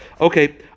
Okay